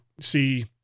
see